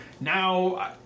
Now